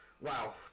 Wow